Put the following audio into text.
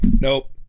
Nope